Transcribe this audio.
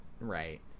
right